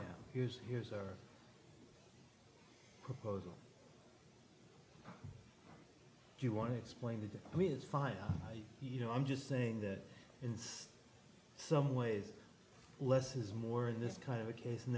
here's here's our proposal do you want to explain to me is fine you know i'm just saying that in some ways less is more in this kind of a case and